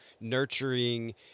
nurturing